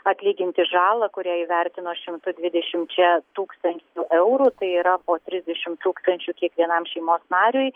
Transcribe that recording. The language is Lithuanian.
atlyginti žalą kurią įvertino šimtu dvidešimčia tūkstančių eurų tai yra po trisdešim tūkstančių kiekvienam šeimos nariui